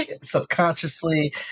subconsciously